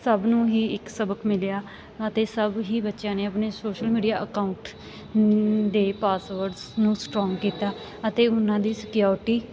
ਸਭ ਨੂੰ ਹੀ ਇੱਕ ਸਬਕ ਮਿਲਿਆ ਅਤੇ ਸਭ ਹੀ ਬੱਚਿਆਂ ਨੇ ਆਪਣੇ ਸੋਸ਼ਲ ਮੀਡੀਆ ਅਕਾਊਂਟ ਦੇ ਪਾਸਵਰਡਸ ਨੂੰ ਸਟਰੋਂਗ ਕੀਤਾ ਅਤੇ ਉਹਨਾਂ ਦੀ ਸਿਕਿਉਰਟੀ